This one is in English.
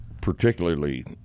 particularly